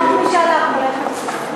חוק משאל העם כולל את המסתננים?